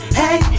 hey